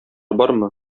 бармы